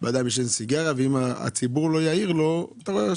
שבן אדם מעשן סיגריה ואם הציבור לא יעיר לו הוא ימשיך.